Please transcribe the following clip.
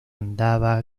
andava